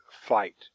fight